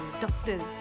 doctors